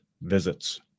visits